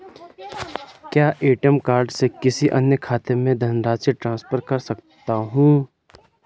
क्या ATM card से किसी अन्य खाते में धनराशि ट्रांसफर कर सकता हूँ?